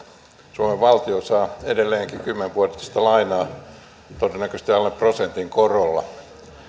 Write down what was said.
suomen valtio saa edelleenkin kymmenvuotista lainaa todennäköisesti alle prosentin korolla